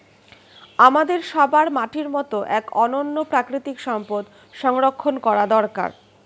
আমাদের সবার মাটির মতো এক অনন্য প্রাকৃতিক সম্পদ সংরক্ষণ করা দরকার